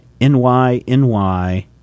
NYNY